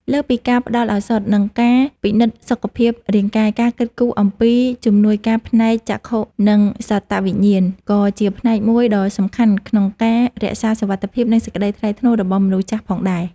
លើសពីការផ្ដល់ឱសថ និងការពិនិត្យសុខភាពរាងកាយ ការគិតគូរអំពី ជំនួយការផ្នែកចក្ខុ និងសោតវិញ្ញាណ ក៏ជាផ្នែកមួយដ៏សំខាន់ក្នុងការរក្សាសុវត្ថិភាព និងសេចក្តីថ្លៃថ្នូររបស់មនុស្សចាស់ផងដែរ។